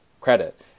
credit